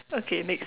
okay next